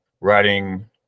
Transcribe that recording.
writing